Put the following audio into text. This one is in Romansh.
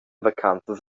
vacanzas